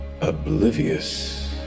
Oblivious